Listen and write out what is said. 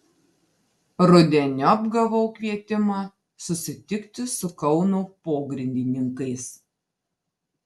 rudeniop gavau kvietimą susitikti su kauno pogrindininkais